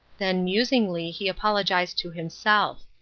then, musingly, he apologized to himself.